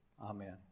Amen